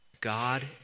God